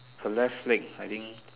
her left leg I think